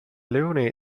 leone